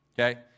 okay